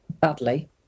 badly